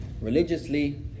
religiously